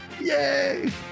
Yay